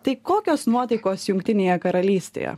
tai kokios nuotaikos jungtinėje karalystėje